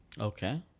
Okay